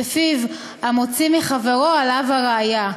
שלפיו המוציא מחברו עליו הראיה,